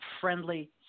friendly